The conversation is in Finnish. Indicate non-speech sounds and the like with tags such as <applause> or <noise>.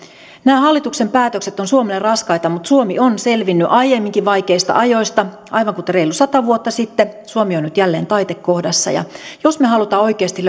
nämä hallituksen päätökset ovat suomelle raskaita mutta suomi on selvinnyt aiemminkin vaikeista ajoista aivan kuten reilu sata vuotta sitten suomi on nyt jälleen taitekohdassa ja jos me haluamme oikeasti <unintelligible>